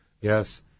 yes